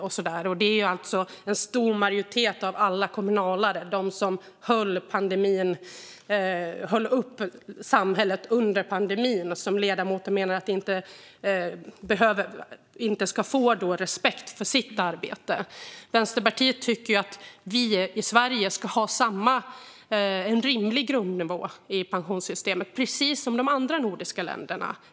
Det är alltså en majoritet av alla kommunalare - de som höll uppe samhället under pandemin - som ledamoten menar inte ska få respekt för sitt arbete. Vänsterpartiet tycker att vi i Sverige ska ha en rimlig grundnivå i pensionssystemet, precis som de andra nordiska länderna.